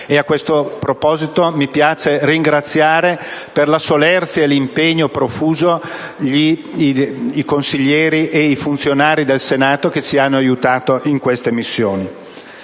A questo proposito mi piace ringraziare, per la solerzia e l'impegno profuso, i funzionari del Senato che ci hanno aiutato in queste missioni.